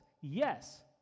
Yes